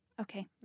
Okay